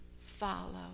follow